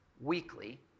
weekly